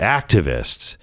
activists